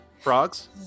frogs